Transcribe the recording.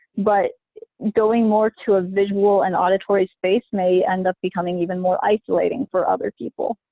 but going more to a visual and auditory space may end up becoming even more isolating for other people,